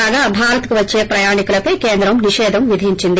కాగాభారత్ కు వచ్చే ప్రయాణికులపై కేంద్రం నిషేధం విధించింది